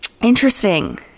interesting